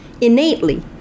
innately